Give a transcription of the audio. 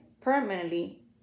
permanently